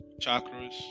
chakras